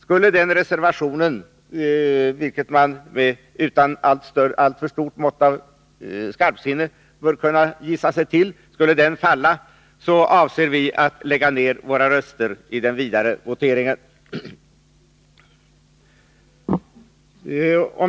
Skulle den reservationen falla — vilket man utan alltför stort mått av skarpsinne bör kunna gissa att den gör — avser vi att lägga ned våra röster i den vidare voteringen.